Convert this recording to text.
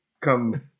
come